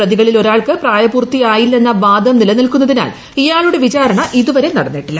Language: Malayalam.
പ്രതികളിൽ ഒരാൾക്ക് പ്രായപൂർത്തിയായില്ലെന്ന വാദം നില നിൽക്കുന്നതിനാൽ ഇയാളുടെ വിചാരണ ഇതുവരെ നടന്നിട്ടില്ല